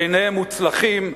ביניהם מוצלחים,